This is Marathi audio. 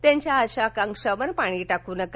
त्यांच्या आशा आकांक्षांवर पाणी टाकू नका